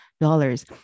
dollars